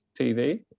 tv